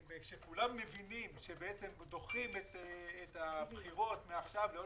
וכולם מבינים שכאשר בעצם דוחים את הבחירות מעכשיו לעוד